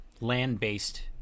land-based